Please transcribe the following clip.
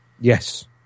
Yes